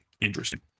interesting